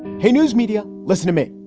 hey, newsmedia, listen to me,